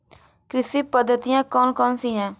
कृषि पद्धतियाँ कौन कौन सी हैं?